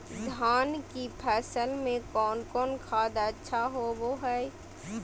धान की फ़सल में कौन कौन खाद अच्छा होबो हाय?